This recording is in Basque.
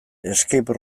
escape